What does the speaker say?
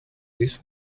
this